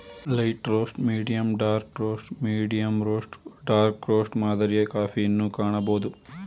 light roast, medium dark roast, medium roast dark roast ಮಾದರಿಯ ಕಾಫಿಯನ್ನು ಕಾಣಬೋದು